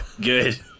Good